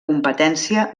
competència